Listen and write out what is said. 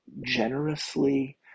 generously